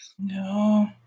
No